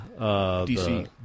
DC